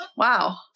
Wow